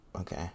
Okay